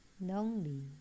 lonely